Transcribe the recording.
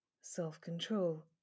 self-control